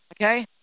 Okay